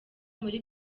muri